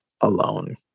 alone